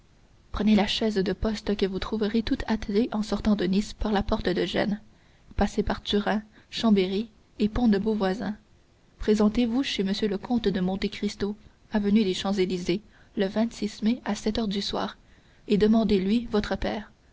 prenez la chaise de poste que vous trouverez tout attelée en sortant de nice par la porte de gênes passez par turin chambéry et pont de beauvoisin présentez-vous chez m le comte de monte cristo avenue des champs-élysées le mai à sept heures du soir et demandez-lui votre père